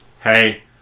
hey